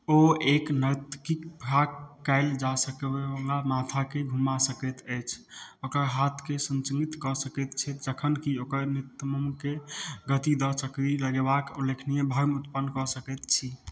ओ एक नर्तकीके फराक कएल जा सकैवला माथाके घुमा सकै अछि ओकर हाथके सञ्चालित कऽ सकै छथि जखनकि ओकर नितम्बकेँ गति दऽ सकै लगेबाक उल्लेखनीय भ्रम उत्पन्न कऽ सकै छी